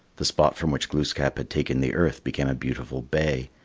the spot from which glooskap had taken the earth became a beautiful bay.